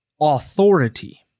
authority